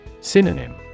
Synonym